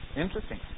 Interesting